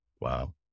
Wow